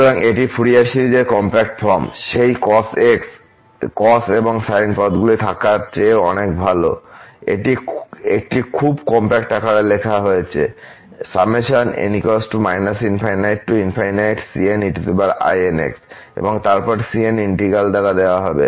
সুতরাং এটি ফুরিয়ার সিরিজের কম্প্যাক্ট ফর্ম সেই cos এবং sin পদগুলি থাকার চেয়ে অনেক ভাল এটি একটি খুব কমপ্যাক্ট আকারে লেখা হয়েছে এবং তারপর cn ইন্টিগ্র্যাল দ্বারা দেওয়া হবে